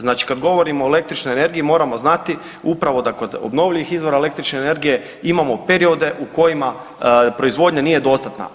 Znači kad govorimo o električnoj energiji moramo znati upravo da kod obnovljivih izvora električne energije imamo periode u kojima proizvodnja nije dostatna.